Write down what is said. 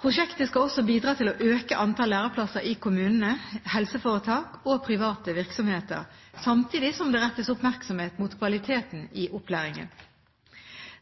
Prosjektet skal også bidra til å øke antall læreplasser i kommuner, helseforetak og private virksomheter, samtidig som det rettes oppmerksomhet mot kvaliteten i opplæringen.